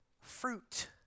fruit